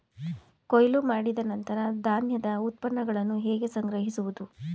ಕೊಯ್ಲು ಮಾಡಿದ ನಂತರ ಧಾನ್ಯದ ಉತ್ಪನ್ನಗಳನ್ನು ಹೇಗೆ ಸಂಗ್ರಹಿಸುವುದು?